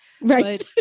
Right